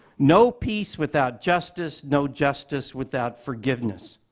no peace without justice, no justice without forgiveness.